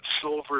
silver